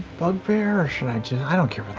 bugbear, or should i i don't care about the